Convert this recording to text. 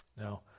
Now